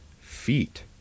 Feet